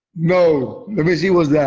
no! let me see what's that.